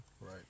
Right